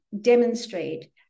demonstrate